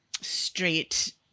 straight